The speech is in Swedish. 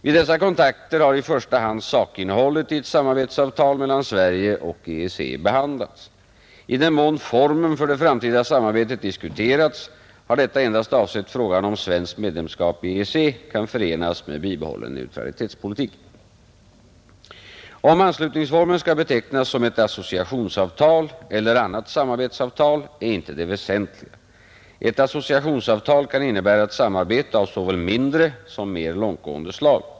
Vid dessa kontakter har i första hand sakinnehållet i ett samarbetsavtal mellan Sverige och EEC behandlats. I den mån formen för det framtida samarbetet diskuterats har detta endast avsett frågan om svenskt medlemskap i EEC kan förenas med bibehållen neutralitetspolitik. Om anslutningsformen skall betecknas som ett associationsavtal eller annat samarbetsavtal är inte det väsentliga. Ett associationsavtal kan innebära ett samarbete av såväl mindre som mer långtgående slag.